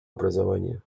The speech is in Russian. образования